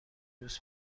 دوست